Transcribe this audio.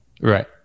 Right